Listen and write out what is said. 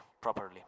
properly